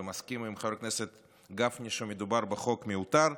ומסכים עם חבר הכנסת גפני שמדובר בחוק מיותר,